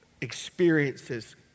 experiences